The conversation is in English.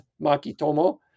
Makitomo